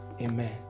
Amen